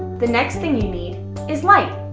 the next thing you need is light.